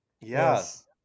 Yes